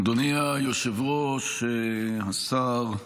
אדוני היושב-ראש, השר,